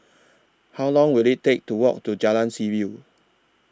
How Long Will IT Take to Walk to Jalan Seaview